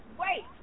wait